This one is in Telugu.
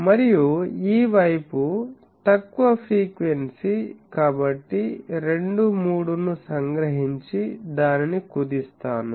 మరియు ఈ వైపు తక్కువ ఫ్రీక్వెన్సీ కాబట్టి 2 3 ను సంగ్రహించి దానిని కుదిస్తాను